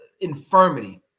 infirmity